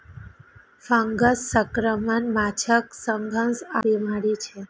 fungus संक्रमण माछक सबसं आम बीमारी छियै